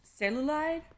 cellulite